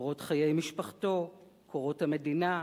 וקורות חיי משפחתו, קורות המדינה,